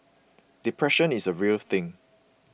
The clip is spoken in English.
depression is a real thing